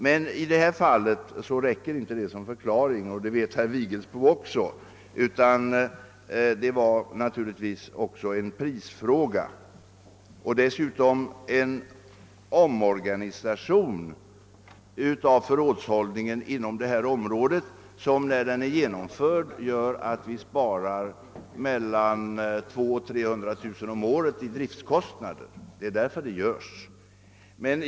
Denna förklaring är emellertid inte tillräcklig i detta fall, såsom herr Vigelsbo också känner till. Det hela var även en prisfråga. Man arbetar med en omorganisation av förrådshållningen inom detta område, som när den är genomförd kommer att medföra besparingar i form av minskade driftkostnader på 200 000—300 000 kronor om året. Det är därför som omflyttningar görs.